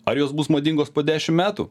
ar jos bus madingos po dešim metų